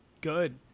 Good